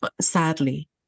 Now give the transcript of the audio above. sadly